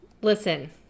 listen